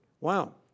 Wow